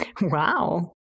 Wow